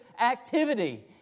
activity